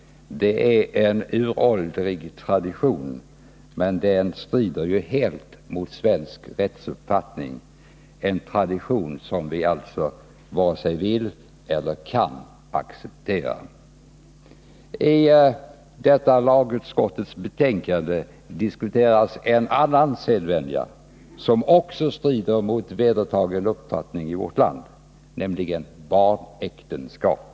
Det är en uråldrig tradition, men den strider helt mot svensk rättsuppfattning. Det är en tradition som vi alltså varken vill eller kan acceptera. I detta lagutskottets betänkande diskuteras en annan sedvänja som strider mot vedertagen uppfattning i vårt land, nämligen barnäktenskap.